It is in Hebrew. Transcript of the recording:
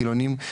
חילוניים,